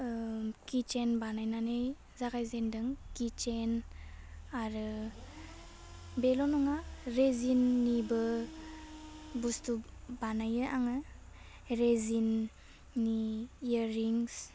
ओम किडजेन्ट बानायनानै जागाय जेनदों किचेन्ट आरो बेल' नङा रेजिननिबो बुस्तु बानायो आङो रेजिननि इयार रिंस